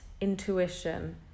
intuition